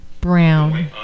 brown